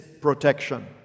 protection